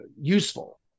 useful